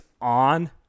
on